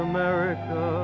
America